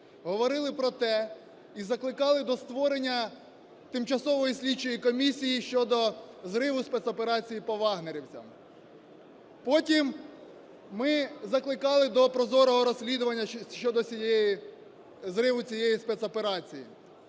говорили про те і закликали до створення Тимчасової слідчої комісії щодо зриву спецоперації по "вагнерівцям". Потім ми закликали до прозорого розслідування щодо зриву цієї спецоперації.